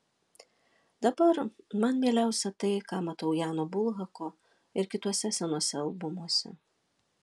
dabar man mieliausia tai ką matau jano bulhako ir kituose senuose albumuose